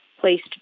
placed